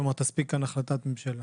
כלומר, תספיק כאן החלטת ממשלה.